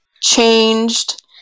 changed